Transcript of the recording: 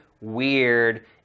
weird